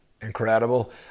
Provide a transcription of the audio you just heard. incredible